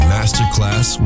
Masterclass